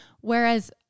whereas